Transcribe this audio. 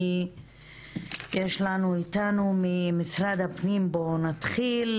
יש איתנו ממשרד הפנים בוא נתחיל,